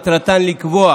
לקבוע